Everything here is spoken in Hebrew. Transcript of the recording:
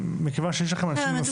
מכיוון שיש לכם אנשים שעושים את זה.